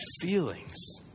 feelings